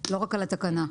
ולא רק על התקנה?